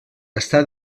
està